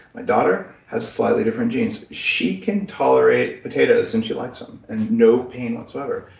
my daughter has slightly different genes. she can tolerate potatoes, and she likes them and no pain whatsoever.